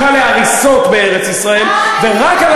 האם הגדה המערבית היא חלק ממדינת ישראל, כן או